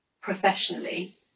professionally